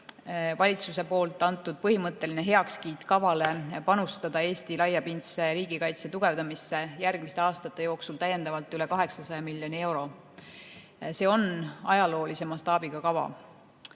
valitsuse antud põhimõtteline heakskiit kavale panustada Eesti laiapindse riigikaitse tugevdamisse järgmiste aastate jooksul täiendavalt üle 800 miljoni euro. See on ajaloolise mastaabiga kava.